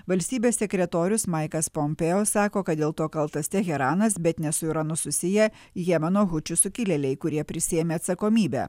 valstybės sekretorius maikas pompėjo sako kad dėl to kaltas teheranas bet ne su iranu susiję jemeno hučių sukilėliai kurie prisiėmė atsakomybę